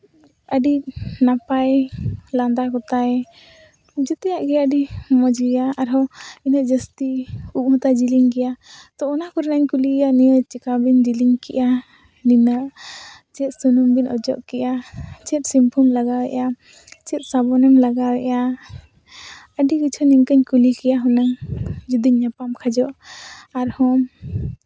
ᱟᱹᱰᱤ ᱱᱟᱯᱟᱭ ᱞᱟᱸᱫᱟ ᱠᱚᱛᱟᱭ ᱡᱮᱛᱮᱭᱟᱜ ᱜᱮ ᱟᱹᱰᱤ ᱢᱚᱡᱽ ᱜᱮᱭᱟ ᱟᱨᱦᱚᱸ ᱤᱱᱟᱹᱜ ᱡᱟᱹᱥᱛᱤ ᱩᱵ ᱦᱚᱸᱛᱟᱭ ᱡᱮᱞᱮᱧ ᱜᱮᱭᱟ ᱛᱳ ᱚᱱᱟ ᱠᱚᱨᱮᱧ ᱠᱩᱞᱤᱭᱮᱭᱟ ᱱᱤᱭᱟᱹ ᱪᱤᱠᱟ ᱵᱤᱱ ᱡᱤᱞᱤᱧ ᱠᱮᱜᱼᱟ ᱱᱤᱱᱟᱹᱜ ᱪᱮᱫ ᱥᱩᱱᱩᱢ ᱵᱤᱱ ᱚᱡᱚᱜ ᱠᱮᱜᱼᱟ ᱪᱮᱫ ᱥᱮᱢᱯᱩᱢ ᱞᱟᱜᱟᱣ ᱮᱜᱼᱟ ᱪᱮᱫ ᱥᱟᱵᱚᱱᱮᱢ ᱞᱟᱜᱟᱣ ᱮᱜᱼᱟ ᱟᱹᱰᱤ ᱠᱤᱪᱷᱩ ᱱᱤᱝᱠᱟᱹ ᱠᱩᱞᱤ ᱠᱮᱭᱟ ᱦᱩᱱᱟᱹᱝ ᱡᱩᱫᱤᱧ ᱧᱟᱯᱟᱢ ᱠᱷᱟᱡᱚᱜ ᱟᱨᱦᱚᱸ